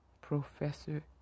Professor